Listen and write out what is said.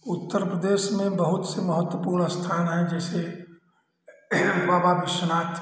उत्तर प्रदेश में बहुत से महत्वपूर्ण स्थान हें जैसे बाबा बिश्वनाथ